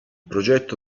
progetto